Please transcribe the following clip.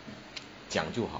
讲就好